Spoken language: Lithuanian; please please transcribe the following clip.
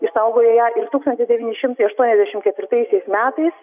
išsaugojo ją ir tūksnatis devyni šimtai aštuoniasdešim ketvirtaisiais metais